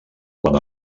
quan